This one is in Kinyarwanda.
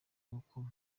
nk’uko